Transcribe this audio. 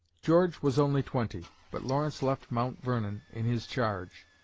george was only twenty, but lawrence left mount vernon in his charge,